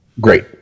Great